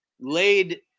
laid